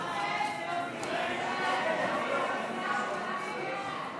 ההצעה להעביר לוועדה את הצעת חוק פינוי ההתנחלויות,